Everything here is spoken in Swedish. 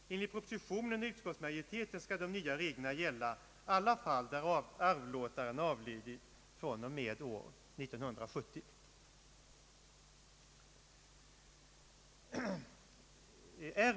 Enligt propositionen och utskottsmajoriteten skall de nya reglerna gälla alla fall där arvlåtaren avlidit 1970 eller senare.